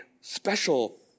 special